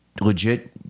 legit